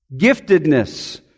Giftedness